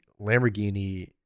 Lamborghini